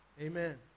Amen